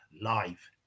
live